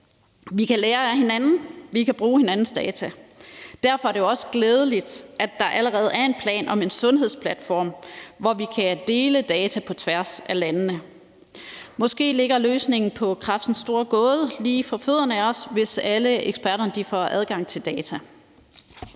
Vi kan lære af hinanden, vi kan bruge hinandens data. Derfor er det jo også glædeligt, at der allerede er en plan om en sundhedsplatform, hvor vi kan dele data på tværs af landene. Måske ligger løsningen på kræftens store gåde lige for fødderne af os, hvis alle eksperterne får adgang til data.